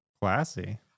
Classy